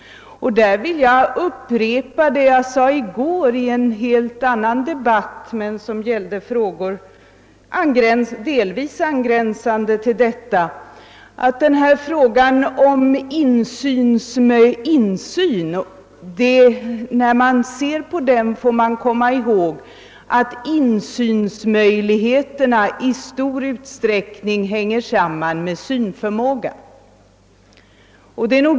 Jag vill upprepa vad jag sade i går i en helt annan debatt, som emellertid rörde frågor delvis angränsande till denna, nämligen att man måste komma ihåg att insynsmöjligheterna i stor utsträckning hänger samman med synförmågan.